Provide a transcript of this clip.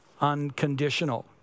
unconditional